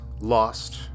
lost